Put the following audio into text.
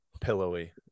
pillowy